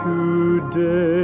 Today